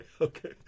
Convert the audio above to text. okay